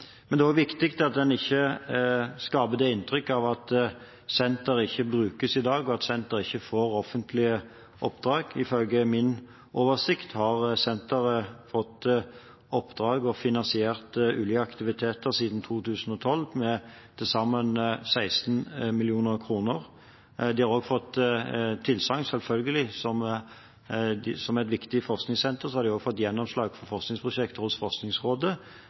Det er også viktig at en ikke skaper et inntrykk av at senteret ikke brukes i dag, og at senteret ikke får offentlige oppdrag. Ifølge min oversikt har senteret siden 2012 fått oppdrag og fått finansiert ulike aktiviteter på til sammen 16 mill. kr. De har også – som et viktig forskningssenter – selvfølgelig fått gjennomslag for forskningsprosjekter hos Forskningsrådet